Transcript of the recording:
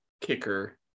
kicker